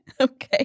Okay